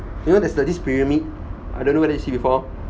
you know there's this pyramid I don't whether you see before